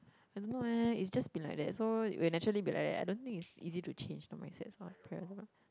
I don't know eh it's just been like that so we'll naturally be like that I don't think is easy to change the mindset of parents